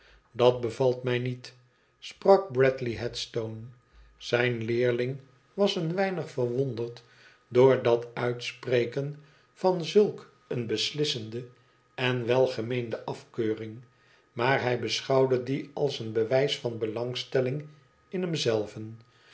dat bevalt mij niet sprak bradley headstone zijn leerling was een weinig verwonderd door dat uitspreken van zulk eene beslissende en welgemeende afkeuring maar hij beschouwde die tls een bewijs van belangstelling in hem